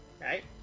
right